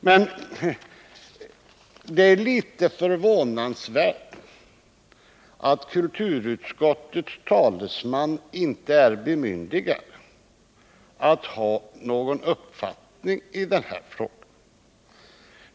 Men det är litet förvånansvärt att kulturutskottets talesman inte är bemyndigad att ha någon uppfattning i denna fråga.